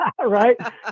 right